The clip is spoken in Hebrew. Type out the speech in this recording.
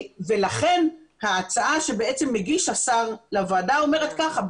לכן ההצעה שהגיש השר לוועדה אומרת ככה,